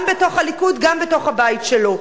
גם בתוך הליכוד, גם בתוך הבית שלו.